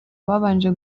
babanje